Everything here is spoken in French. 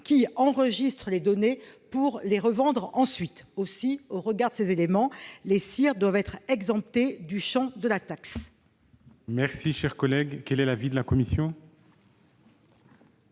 qui enregistrent les données pour les revendre ensuite. Au regard de ces éléments, les SIR doivent être exemptés du champ de la taxe.